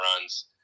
runs